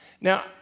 Now